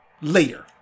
later